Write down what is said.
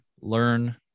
learn